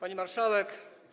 Pani Marszałek!